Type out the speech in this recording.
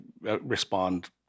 respond